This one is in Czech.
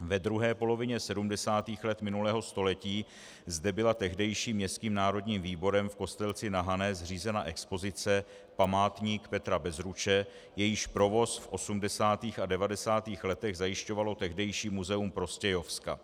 Ve druhé polovině 70. let minulého století zde byla tehdejším Městským národním výborem v Kostelci na Hané zřízena expozice Památník Petra Bezruče, jejíž provoz v 80. a 90. letech zajišťovalo tehdejší Muzeum Prostějovska.